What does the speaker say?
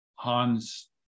Hans